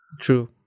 true